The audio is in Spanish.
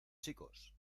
chicos